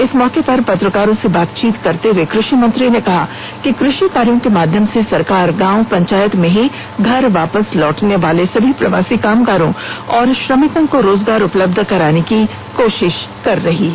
इस मौके पर पत्रकारों से बातचीत करते हुए कृष्मिंत्री ने कहा कि कृषि कार्यो के माध्यम से सरकार गांव पंचायत में ही घर वापस लौटने वाले सभी प्रवासी कामगारों और श्रमिकों को रोजगार उपलब्ध कराने की कोषिष कर रही है